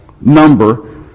number